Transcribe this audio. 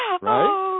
right